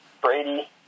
Brady